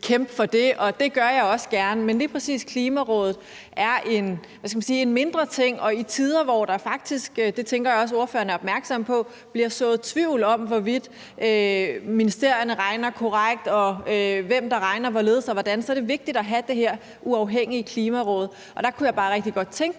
kæmpe for det – og det gør jeg også gerne. Men lige præcis Klimarådet er en, hvad skal man sige, mindre ting, og i tider, hvor der faktisk – det tænker jeg også at ordføreren er opmærksom på – bliver sået tvivl om, hvorvidt ministerierne regner korrekt, og hvem der regner hvorledes og hvordan, er det vigtigt at have det her uafhængige Klimaråd. Der kunne jeg bare rigtig godt tænke mig,